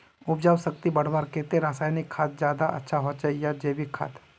उपजाऊ शक्ति बढ़वार केते रासायनिक खाद ज्यादा अच्छा होचे या जैविक खाद?